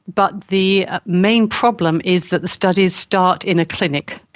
but the main problem is that the studies start in a clinic.